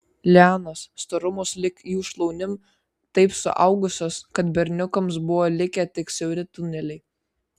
lianos storumo sulig jų šlaunim taip suaugusios kad berniukams buvo likę tik siauri tuneliai